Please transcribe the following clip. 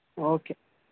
okay